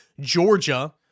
Georgia